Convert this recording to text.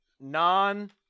non